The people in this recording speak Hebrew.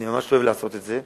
אני ממש לא אוהב לעשות את זה,